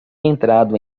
entrado